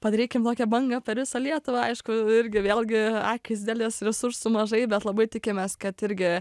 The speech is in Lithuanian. padarykim tokią bangą per visą lietuvą aišku irgi vėlgi akys didelės resursų mažai bet labai tikimės kad irgi